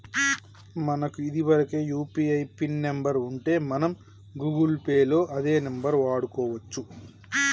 మనకు ఇదివరకే UPI pin number ఉంటే మనం గూగుల్ పే లో అదే నెంబర్ వాడుకోవచ్చు